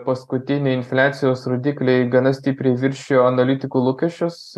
paskutiniai infliacijos rodikliai gana stipriai viršijo analitikų lūkesčius